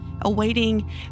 awaiting